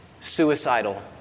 suicidal